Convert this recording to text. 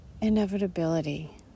inevitability